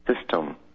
system